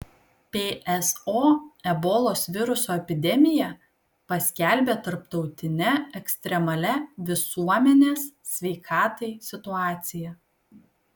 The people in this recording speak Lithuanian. pso ebolos viruso epidemiją paskelbė tarptautine ekstremalia visuomenės sveikatai situacija